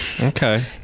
Okay